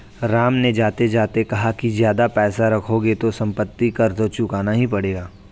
राम ने जाते जाते कहा कि ज्यादा पैसे रखोगे तो सम्पत्ति कर तो चुकाना ही पड़ेगा